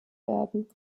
werden